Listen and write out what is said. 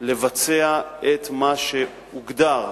לבצע את מה שהוגדר.